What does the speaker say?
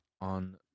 on